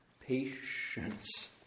patience